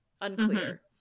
Unclear